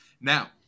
Now